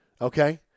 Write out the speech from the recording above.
Okay